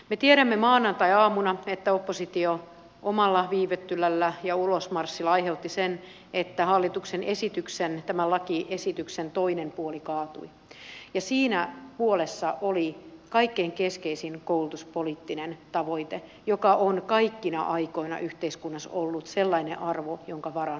me tiedämme että maanantaiaamuna oppositio omalla viivyttelyllä ja ulosmarssilla aiheutti sen että tämän hallituksen lakiesityksen toinen puoli kaatui ja siinä puolessa oli kaikkein keskeisin koulutuspoliittinen tavoite joka on kaikkina aikoina yhteiskunnassa ollut sellainen arvo jonka varaan on laskettu